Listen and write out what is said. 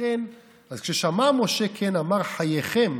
כששמע משה כן, אמר: חייכם,